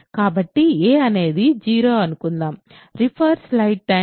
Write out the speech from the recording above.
కాబట్టి a అనేది 0 అని అనుకుందాం